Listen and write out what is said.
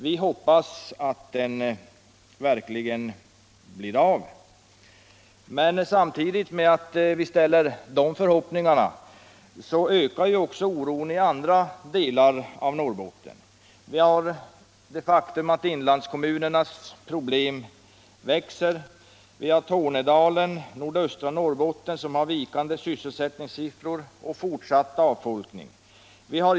Vi hoppas att den verkligen blir av. Men samtidigt med att vi ställer dessa förhoppningar ökar också oron i andra delar av Norrbotten. Inlandskommunernas problem växer. Tornedalen och nordöstra Norrbotten har vikande sysselsättningssiffror och fortsatt avfolkning.